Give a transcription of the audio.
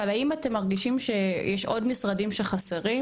אבל האם אתם מרגישים שיש עוד משרדים שחסרים?